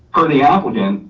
per the applicant,